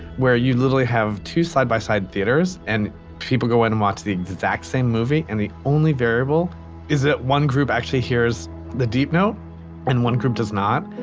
where you literally have two side by side theaters and people go in and watch the exact same movie and the only variable is that one group actually hears the deep note and one group does not,